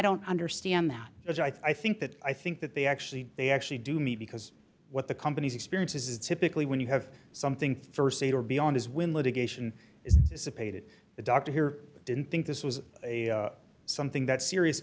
don't understand that as i think that i think that they actually they actually do me because what the company's experience is typically when you have something for sale or beyond is when litigation is dissipated the doctor here didn't think this was something that serious